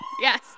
Yes